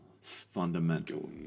Fundamental